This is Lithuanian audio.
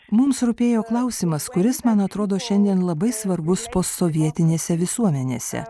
mums rūpėjo klausimas kuris man atrodo šiandien labai svarbus posovietinėse visuomenėse